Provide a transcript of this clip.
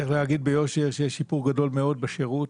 צריך להגיד ביושר שיש שיפור גדול מאוד בשירות